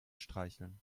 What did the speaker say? streicheln